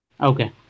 Okay